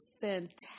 fantastic